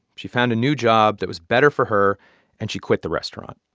she found a new job that was better for her and she quit the restaurant.